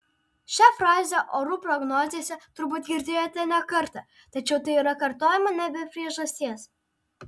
šią frazę orų prognozėse turbūt girdėjote ne kartą tačiau tai yra kartojama ne be priežasties